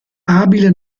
abile